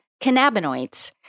cannabinoids